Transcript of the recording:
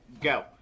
go